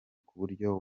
kuburyo